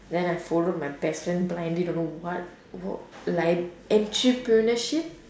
then I followed my best friend blindly don't know what wh~ like entrepreneurship